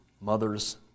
mothers